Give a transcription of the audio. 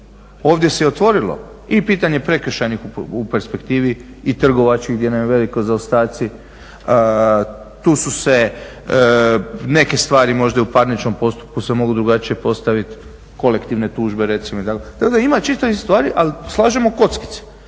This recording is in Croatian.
ovdje se i otvorilo pitanje prekršajnih u perspektivi i trgovačkih gdje su nam veliki zaostaci, tu su se neke stvari možda i u parničnom postupku se mogu drugačije postaviti kolektivne tužbe recimo tako da ima čitavih stvari, ali slažemo kockice.